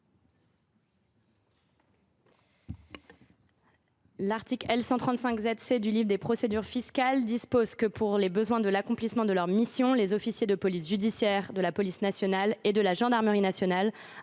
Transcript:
L’article L. 135 ZC du livre des procédures fiscales dispose que « pour les besoins de l’accomplissement de leur mission, les officiers de police judiciaire de la police nationale et de la gendarmerie nationale,